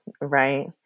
right